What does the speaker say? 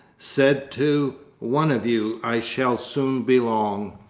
said, to one of you i shall soon belong!